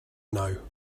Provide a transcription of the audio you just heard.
know